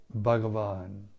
Bhagavan